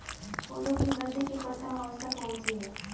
पौधों की वृद्धि की प्रथम अवस्था कौन सी है?